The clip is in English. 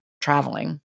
traveling